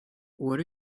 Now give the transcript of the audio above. what